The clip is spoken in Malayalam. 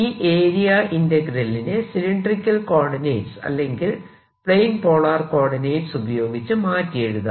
ഈ ഏരിയ ഇന്റഗ്രലിനെ സിലിണ്ടറിക്കൽ കോർഡിനേറ്റസ് അല്ലെങ്കിൽ പ്ലെയിൻ പോളാർ കോർഡിനേറ്റസ് ഉപയോഗിച്ച് മാറ്റി എഴുതാം